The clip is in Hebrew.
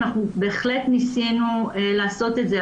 אנחנו בהחלט ניסינו לעשות את זה.